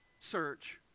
search